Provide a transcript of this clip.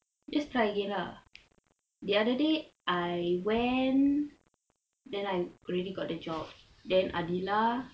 just try again lah the other day I went then I already got the job then adhilah